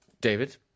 David